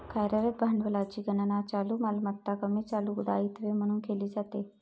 कार्यरत भांडवलाची गणना चालू मालमत्ता कमी चालू दायित्वे म्हणून केली जाते